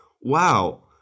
wow